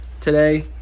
today